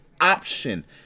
option